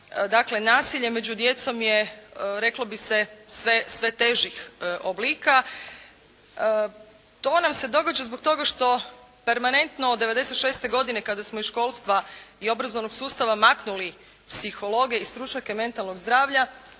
Dakle nasilje među djecom je reklo bi se sve težih oblika. To nam se događa zbog toga što permanentno od '96. godine kada smo iz školstva i obrazovnog sustava maknuli psihologe i stručnjake mentalnog zdravlja.